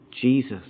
Jesus